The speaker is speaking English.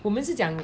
我们是讲